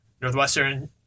Northwestern